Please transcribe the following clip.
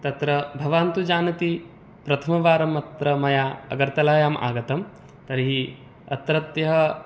तत्र भवान्तु जानाति प्रथमवारम् अत्र मया अगर्तलायाम् आगतं तर्हि अत्रत्य